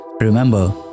remember